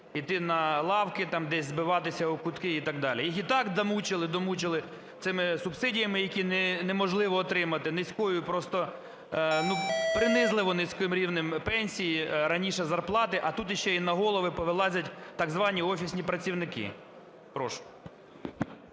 іти на лавки, там десь забиватися у кутки і так далі. Їх і так домучили-домучили цими субсидіями, які не можливо отримати, низькою просто, ну, принизливо низьким рівнем пенсій, раніше зарплати, а тут і ще на голови повилазять, так звані офісні працівники. Прошу.